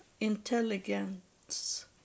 intelligence